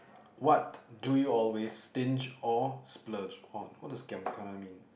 what do you always stinge or splurge on what does giam kana mean